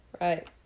Right